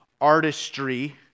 artistry